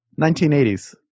1980s